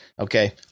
Okay